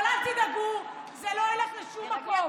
אבל אל תדאגו, זה לא ילך לשום מקום.